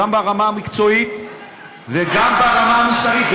גם ברמה המקצועית וגם ברמה המוסרית,